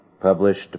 published